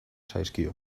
zaizkio